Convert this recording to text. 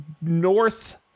North